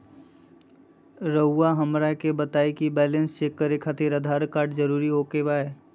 रउआ हमरा के बताए कि बैलेंस चेक खातिर आधार कार्ड जरूर ओके बाय?